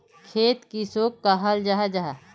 खेत किसोक कहाल जाहा जाहा?